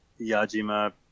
Yajima